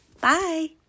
Bye